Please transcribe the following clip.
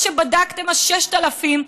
מה שבדקתם ה-6,000,